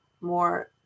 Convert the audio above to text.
more